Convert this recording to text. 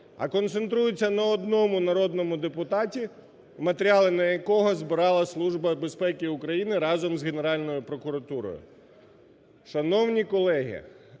а концентрується на одному народному депутаті, матеріали на якого збирала Служба безпеки України разом з Генеральною прокуратурою.